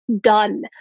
Done